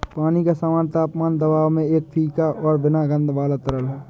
पानी का सामान्य तापमान दबाव में एक फीका और बिना गंध वाला तरल है